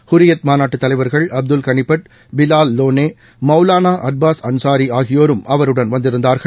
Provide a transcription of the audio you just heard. ஹுரியத் மாநாடு தலைவர்கள் அப்துல் கனிபட் பிலால் வோனே மௌலானா அட்பாஸ் அன்சாரி ஆகியோரும் அவருடன் வந்திருந்தார்கள்